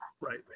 Right